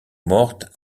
morte